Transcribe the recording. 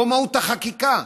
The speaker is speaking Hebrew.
פה מהות החקיקה,